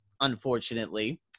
unfortunately